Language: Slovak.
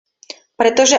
pretože